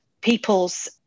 people's